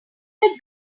that